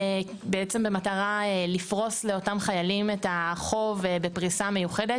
בעצם במטרה לפרוס לאותם חיילים את החוב בפריסה מיוחדת,